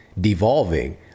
devolving